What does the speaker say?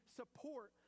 support